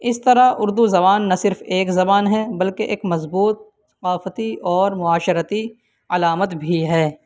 اس طرح اردو زبان نہ صرف ایک زبان ہیں بلکہ ایک مضبوط ثقافتی اور معاشرتی علامت بھی ہے